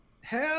hell